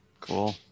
Cool